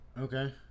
Okay